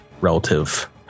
relative